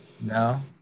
no